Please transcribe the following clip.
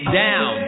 down